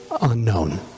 unknown